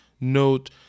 note